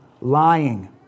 lying